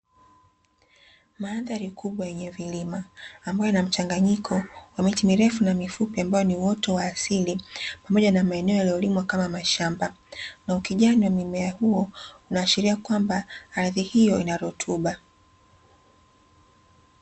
Mandhari kubwa yenye vilima, ambayo ina mchanganyiko wa miti mirefu na mifupi, ambayo ni uoto wa asili, pamoja na maeneo yaliyolimwa kama mashamba na ukijani wa mimea huo unaashiria kwamba ardhi hiyo ina rutuba.